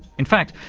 in fact,